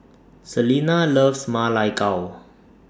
Selena loves Ma Lai Gao